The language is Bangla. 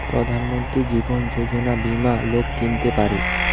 প্রধান মন্ত্রী জীবন যোজনা বীমা লোক কিনতে পারে